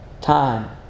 time